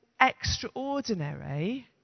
extraordinary